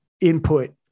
input